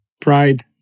pride